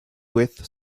with